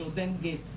שעוד אין גט,